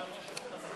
לשנת התקציב